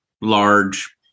large